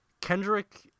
Kendrick